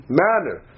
manner